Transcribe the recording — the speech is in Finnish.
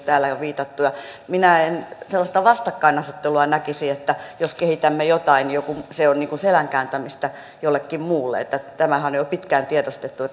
täällä on jo viitattu ja minä en sellaista vastakkainasettelua näkisi että jos kehitämme jotain niin se on niin kuin selän kääntämistä jollekin muulle tämähän on jo pitkään tiedostettu